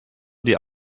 die